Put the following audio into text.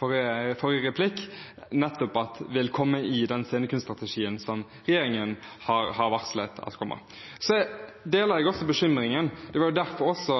den forrige replikken, nettopp komme i den scenekunststrategien som regjeringen har varslet at kommer. Så deler jeg også bekymringen. Det var derfor også